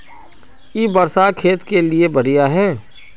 इ वर्षा खेत के लिए बढ़िया है?